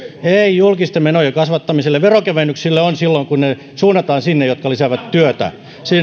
julkisten menojen kasvattamiselle veronkevennyksille on silloin kun ne suunnataan sinne mitkä lisäävät työtä